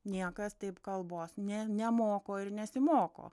niekas taip kalbos nė nemoko ir nesimoko